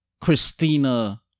christina